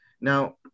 Now